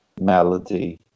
melody